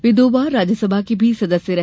वे दो बार राज्यंसभा के भी सदस्य रहे